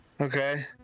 Okay